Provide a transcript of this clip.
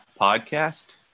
podcast